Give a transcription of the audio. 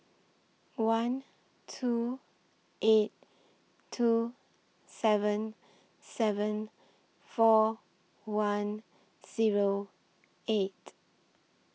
one two eight two seven seven four one Zero eight